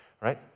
right